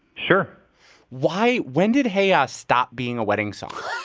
sure why when did hey ya! stop being a wedding song?